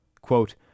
Quote